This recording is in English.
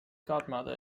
godmother